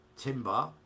Timber